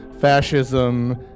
fascism